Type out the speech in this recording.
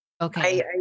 Okay